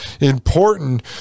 important